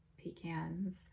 pecans